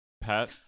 pet